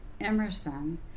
Emerson